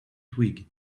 twig